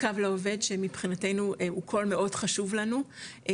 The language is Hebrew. "קו לעובד" שמבחינתנו הוא קול מאוד חשוב לנו,